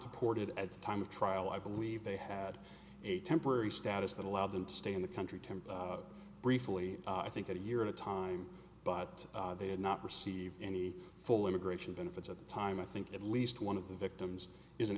to ported at the time of trial i believe they had a temporary status that allowed them to stay in the country temp briefly i think that a year at a time but they did not receive any full immigration benefits at the time i think at least one of the victims isn't